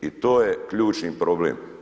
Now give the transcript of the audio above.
I to je ključni problem.